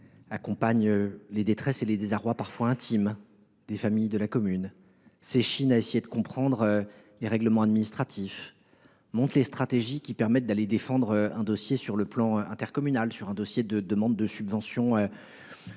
accompagnent les détresses et les désarrois parfois intimes des familles de la commune, s’échinent à essayer de comprendre les règlements administratifs, montent les stratégies qui permettent de défendre un dossier à l’échelon intercommunal, par exemple un dossier de demande de subvention